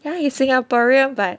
ya he's Singaporean but